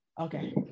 Okay